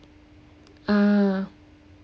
ah